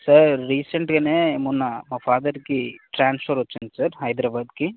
sir రీసెంట్గా మొన్న మా ఫాదర్కి ట్రాన్స్ఫర్ వచ్చింది సార్ హైదరాబాద్కు